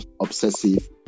obsessive